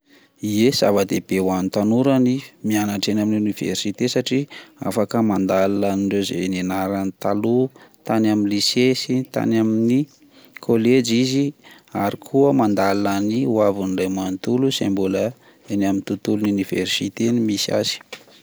Ye, zava-dehibe ho any tanora ny mianatra eny amin'ny oniversite satria afaka mandalina an'indreo zay nianarany taloha tany amin'ny lisea sy tany amin'ny kolejy izy ary koa mandalina ny hoaviny iray manotolo zay mbola eny amin'ny tontolo oniversite no misy azy.